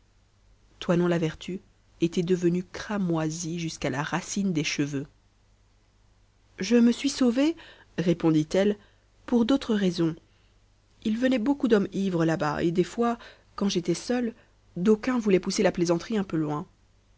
toinon la vertu était devenue cramoisie jusqu'à la racine des cheveux je me suis sauvée répondit-elle pour d'autres raisons il venait beaucoup d'hommes ivres là-bas et des fois quand j'étais seule d'aucuns voulaient pousser la plaisanterie un peu loin